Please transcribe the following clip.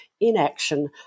inaction